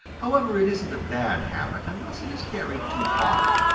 however, it isn't a bad habit unless it is carried too far.